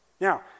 Now